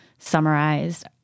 summarized